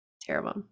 terrible